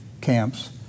camps